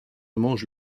mange